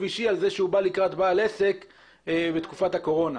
אישי על זה שהוא בא לקראת בעל עסק בתקופת הקורונה.